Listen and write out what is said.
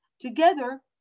together